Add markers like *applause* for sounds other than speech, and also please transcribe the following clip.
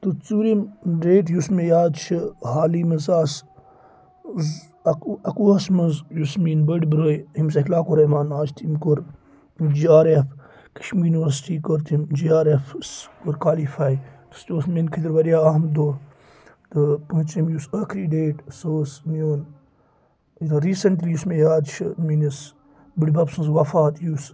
تہٕ ژوٗرِم ڈیٹ یُس مےٚ یاد چھِ حالٕے منٛز اَکوُہَس منٛز یُس میٲنۍ بٔڑۍ برٲے ییٚمِس اَسہِ *unintelligible* تٔمۍ کوٚر G R F Kashmir university کوٚر تٔمۍ جی آر اٮ۪ف کوٚر کالِفاے سُہ تہِ اوس میانہِ خٲطرٕ واریاہ اہم دۄہ تہٕ پوٗنٛژِم یُس ٲخری ڈیٹ سُہ اوس میون ریٖسَنٹلی یُس مےٚ یاد چھِ میٛٲنِس بٔڈِ بَب سٕنٛز وفات یُس